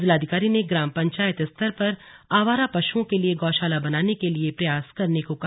जिलाधिकारी ने ग्राम पंचायत स्तर पर आवारा पशुओं के लिए गोशाला बनाने के लिए प्रयास करने को कहा